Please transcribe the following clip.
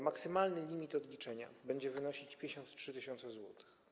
Maksymalny limit odliczenia będzie wynosić 53 tys. zł.